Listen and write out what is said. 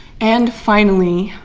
and finally,